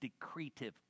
decretive